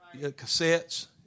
cassettes